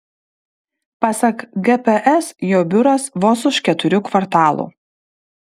pasak gps jo biuras vos už keturių kvartalų